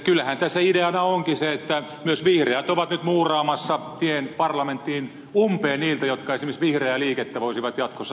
kyllähän tässä ideana onkin se että myös vihreät ovat nyt muuraamassa tien parlamenttiin umpeen niiltä jotka esimerkiksi vihreää liikettä voisivat jatkossa haastaa